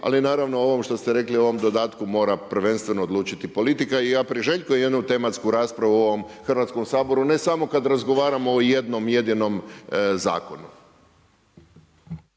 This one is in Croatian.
ali naravno o ovom što ste rekli, o ovom dodatku, mora prvenstveno odlučiti politika i ja priželjkujem jednu tematsku raspravu u ovom Hrvatskom saboru, ne samo kada razgovaramo o jednom jedinom zakonu.